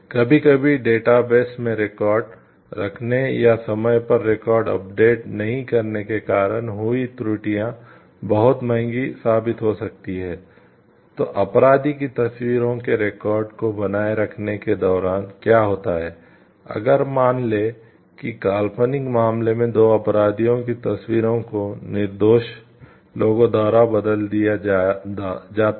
कभी कभी डेटाबेस नहीं किया गया है